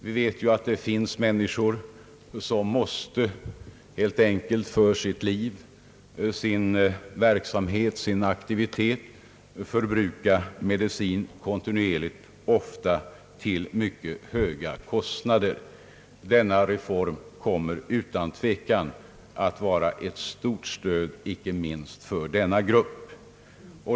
Vi vet att det finns människor, som för sitt liv, sin verksamhet och sin aktivitet helt enkelt måste förbruka medicin kontinuerligt, ofta till mycket höga kost nader. Denna reform kommer utan tvekan att vara ett mycket stort stöd, inte minst för denna grupp.